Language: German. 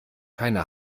keine